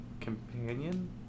companion